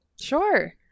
Sure